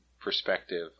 perspective